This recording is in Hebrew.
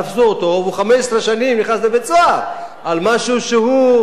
הוא 15 שנים נכנס לבית-סוהר על משהו שהוא,